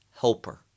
helper